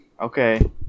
Okay